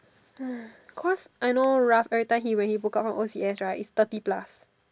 cause I know Ralph every time he when he book out from o_c_s right it's thirty plus